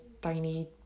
tiny